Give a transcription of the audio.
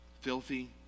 filthy